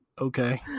okay